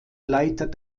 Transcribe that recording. leiter